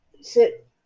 sit